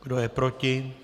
Kdo je proti?